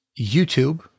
YouTube